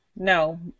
no